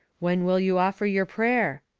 when will you offer your prayer?